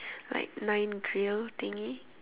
like nine grill thingy